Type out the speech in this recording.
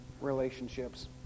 relationships